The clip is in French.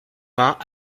vingt